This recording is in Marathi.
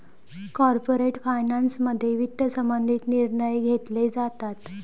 कॉर्पोरेट फायनान्समध्ये वित्त संबंधित निर्णय घेतले जातात